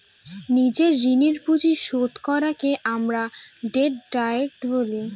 নিজের ঋণের পুঁজি শোধ করাকে আমরা ডেট ডায়েট বলি